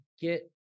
get